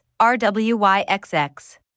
RWYXX